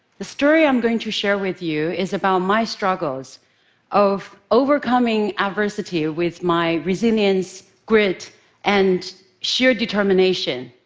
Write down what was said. the story i'm going to share with you is about my struggles of overcoming adversity with my resilience, grit and sheer determination.